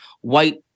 white